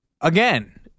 Again